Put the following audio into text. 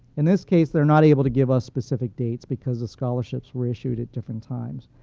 in this case, they are not able to give us specific dates because the scholarships were issued at different times.